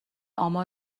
آمار